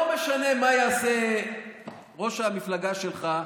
לא משנה מה יעשה ראש המפלגה שלך,